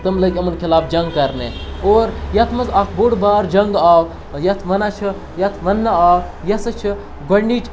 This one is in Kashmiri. تم لٔگۍ یِمَن خلاف جنٛگ کَرنہِ اور یَتھ منٛز اَکھ بوٚڑ بار جنٛگ آو یَتھ وَنان چھِ یَتھ وَننہٕ آو یہِ ہَسا چھِ گۄڈنِچ